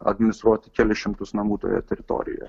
administruoti kelis šimtus namų toje teritorijoje